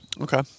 Okay